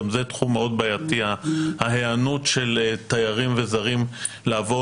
גם זה תחום מאוד בעייתי ההיענות של תיירים וזרים לעבור